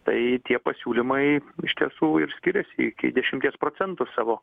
tai tie pasiūlymai iš tiesų ir skiriasi iki dešimties procentų savo